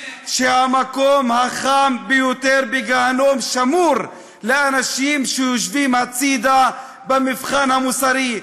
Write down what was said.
שהמקום החם ביותר בגיהינום שמור לאנשים שיושבים בצד במבחן המוסרי.